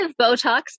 Botox